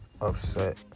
upset